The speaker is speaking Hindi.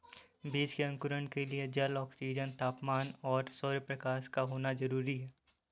बीज के अंकुरण के लिए जल, ऑक्सीजन, तापमान और सौरप्रकाश का होना जरूरी है